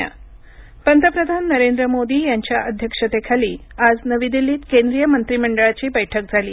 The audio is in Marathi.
मंत्रीमंडळ निर्णय पंतप्रधान नरेंद्र मोदी यांच्या अध्यक्षतेखाली आज नवी दिल्लीत केंद्रीय मंत्रीमंडळाची बैठक झाली